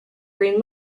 green